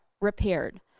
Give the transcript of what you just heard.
repaired